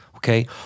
Okay